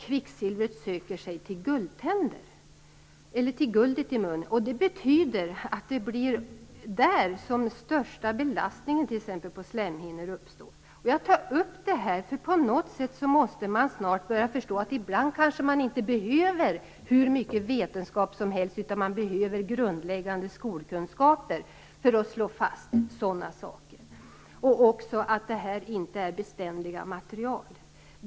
Kvicksilvret söker sig till guldet i munnen. Det betyder att det är där som den största belastningen på slemhinnorna uppstår. Jag tar upp detta därför att man på något sätt snart måste börja förstå att man ibland kanske inte behöver hur mycket vetenskap som helst, utan man behöver grundläggande skolkunskaper för att slå fast sådana saker. Detta är inte beständiga material.